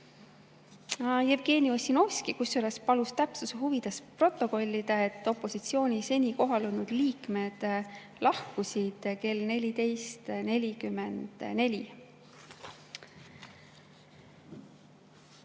Jevgeni Ossinovski palus täpsuse huvides protokollida, et opositsiooni seni kohal olnud liikmed lahkusid kell 14.44.